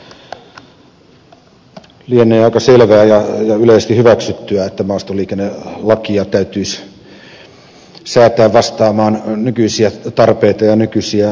lienee aika selvää ja yleisesti hyväksyttyä että maastoliikennelakia täytyisi säätää vastaamaan nykyisiä tarpeita ja nykyisiä ajatuksia